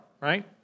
right